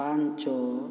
ପାଞ୍ଚ